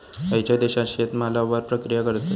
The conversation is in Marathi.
खयच्या देशात शेतमालावर प्रक्रिया करतत?